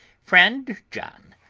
friend john,